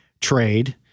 trade